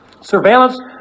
Surveillance